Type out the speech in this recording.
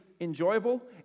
enjoyable